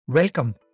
Welcome